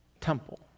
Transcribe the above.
temple